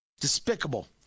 Despicable